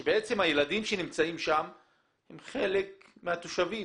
שבעצם הילדים שנמצאים שם הם חלק מהתושבים.